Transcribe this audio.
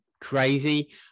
crazy